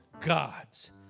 God's